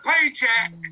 paycheck